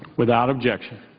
without objection.